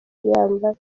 yambaye